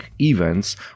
events